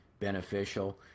beneficial